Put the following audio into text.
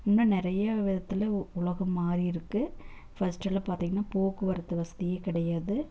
இன்னும் நிறைய விதத்தில் உலகம் மாறியிருக்கு ஃபஸ்ட்டுலாம் பார்த்தீங்கன்னா போக்குவரத்து வசதியே கிடையாது